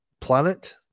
planet